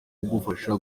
kugufasha